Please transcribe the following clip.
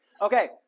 okay